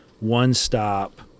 one-stop